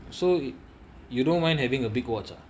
so you don't mind having a big watch ah